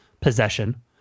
possession